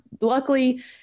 luckily